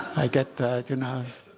i get that, you know?